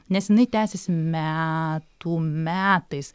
nes jinai tęsiasi metų metais